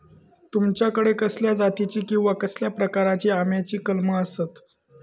तुमच्याकडे कसल्या जातीची किवा कसल्या प्रकाराची आम्याची कलमा आसत?